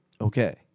Okay